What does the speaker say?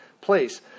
place